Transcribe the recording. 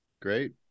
Great